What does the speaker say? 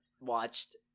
watched